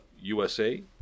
USA